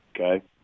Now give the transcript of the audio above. Okay